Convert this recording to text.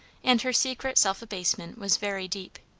and her secret self-abasement was very deep.